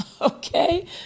okay